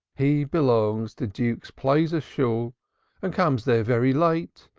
he belongs to duke's plaizer shool and comes there very late,